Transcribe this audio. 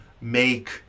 make